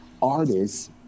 Artists